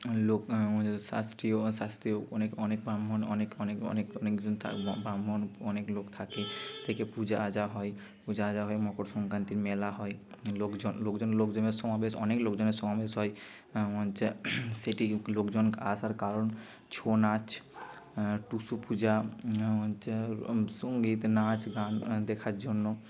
লোক আমাদের শাস্ত্রীয় অশাস্ত্রীয় অনেক অনেক ব্রাহ্মণ অনেক অনেক অনেক অনেক জন থাক ব্রাহ্মণ অনেক লোক থাকে থেকে পূজাআর্চা হয় পূজাআর্চা হয় মকর সংক্রান্তির মেলা হয় লোকজন লোকজন লোকজনের সমাবেশ অনেক লোকজনের সমাবেশ হয় যেমন হচ্ছে সেটি লোকজন আসার কারণ ছৌনাচ টুসু পূজা হচ্ছে সঙ্গীত নাচ দেখার জন্য